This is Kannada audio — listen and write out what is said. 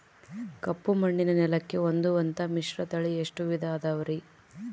ಕಪ್ಪುಮಣ್ಣಿನ ನೆಲಕ್ಕೆ ಹೊಂದುವಂಥ ಮಿಶ್ರತಳಿ ಎಷ್ಟು ವಿಧ ಅದವರಿ?